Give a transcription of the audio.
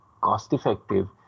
cost-effective